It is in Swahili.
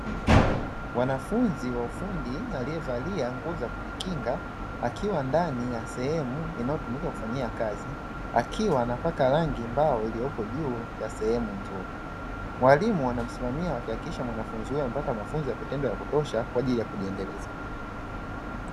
Mwanafunzi wa ufundi alivalia nguo za kujikinga akiwa ndani ya sehemu inayotumika kufanyia kazi, akiwa anapaka rangi mbao iliopo juu ya sehemu nzuri. Mwalimu anamsimamia akiakikisha mwanafunzi huyu amepata mafunzo ya kutosha kwajili ya kujiendeleza.